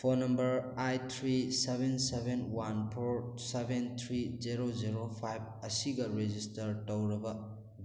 phone number eight three seven seven one four seven three zero zero ꯐꯥꯏꯕ ꯑꯁꯤꯒ register ꯇꯧꯔꯕ